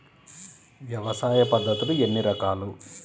వ్యవసాయ పద్ధతులు ఎన్ని రకాలు?